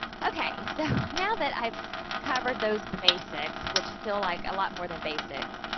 okay, so, now that i've covered those basics, which feel like a lot more than basics,